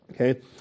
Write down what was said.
Okay